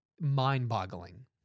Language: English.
Mind-boggling